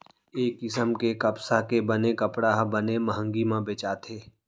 ए किसम के कपसा के बने कपड़ा ह बने मंहगी म बेचाथे